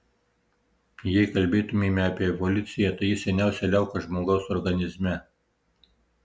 jei kalbėtumėme apie evoliuciją tai ji seniausia liauka žmogaus organizme